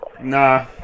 nah